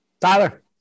Tyler